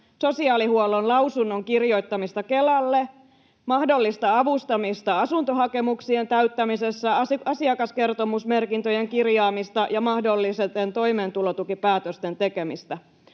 sosiaalihuollon lausunnon kirjoittamista Kelalle, mahdollista avustamista asuntohakemuksien täyttämisessä, asiakaskertomusmerkintöjen kirjaamista ja mahdollisten toimeentulotukipäätösten tekemistä.